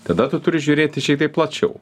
tada tu turi žiūrėti šiek tiek plačiau